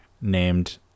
named